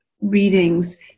readings